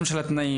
גם של התנאים,